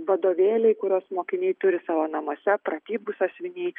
vadovėliai kuriuos mokiniai turi savo namuose pratybų sąsiuviniai